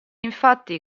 infatti